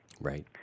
Right